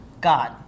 God